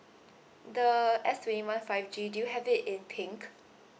the S twenty one five G do you have it in pink